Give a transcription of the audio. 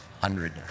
hundred